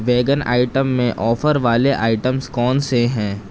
vegan item میں offer والے items کون سے ہیں